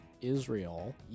Israel